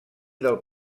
del